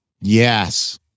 Yes